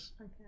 Okay